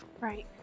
Right